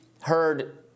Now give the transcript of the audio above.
heard